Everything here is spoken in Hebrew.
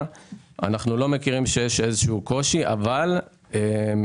אנחנו לא מכירים שיש איזה שהוא קושי לגבי הנושא של נזקי טבע.